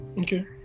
Okay